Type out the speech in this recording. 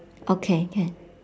okay can